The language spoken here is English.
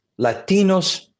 Latinos